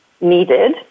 needed